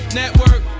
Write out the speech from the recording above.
network